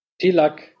Tilak